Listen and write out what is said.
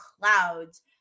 clouds